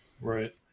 right